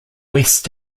west